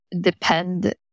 depend